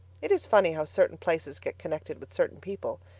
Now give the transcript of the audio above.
it is funny how certain places get connected with certain people,